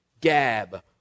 Gab